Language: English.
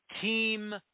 Team